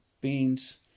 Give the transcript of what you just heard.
beans